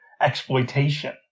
exploitation